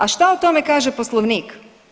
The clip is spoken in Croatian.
A šta o tome kaže Poslovnik?